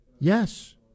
Yes